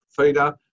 feeder